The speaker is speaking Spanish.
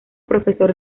profesora